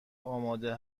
آماده